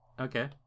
Okay